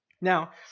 Now